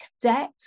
debt